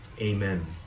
Amen